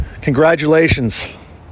Congratulations